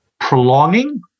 prolonging